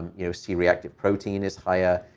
you know, c-reactive protein is higher.